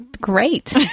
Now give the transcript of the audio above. great